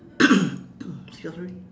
she's wearing